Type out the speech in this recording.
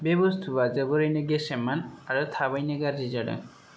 बे बस्थुआ जोबोरैनो गेसेममोन आरो थाबैनो गाज्रि जादों